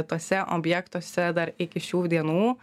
tuose objektuose dar iki šių dienų